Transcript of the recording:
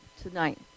tonight